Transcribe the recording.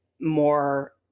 more